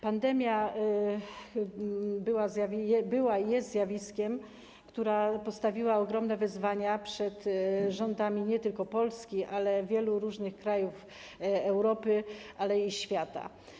Pandemia była i jest zjawiskiem, które postawiło ogromne wyzwania przed rządami nie tylko Polski, ale wielu różnych krajów Europy i świata.